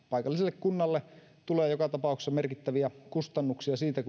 paikalliselle kunnalle tulee joka tapauksessa merkittäviä kustannuksia siitä